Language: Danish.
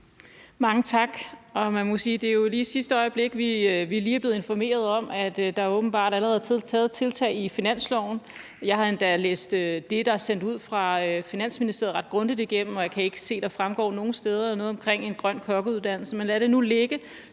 sige, at det er i sidste øjeblik: Vi er lige blevet informeret om, at der åbenbart allerede er taget et tiltag i finansloven, og jeg har endda læst det, der er sendt ud fra Finansministeriet, ret grundigt igennem, og jeg kan ikke se, at der nogen steder fremgår noget om en grøn kokkeuddannelse. Men lad det nu ligge.